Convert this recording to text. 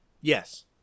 Yes